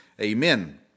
Amen